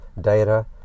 data